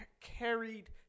carried